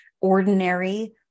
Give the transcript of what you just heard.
ordinary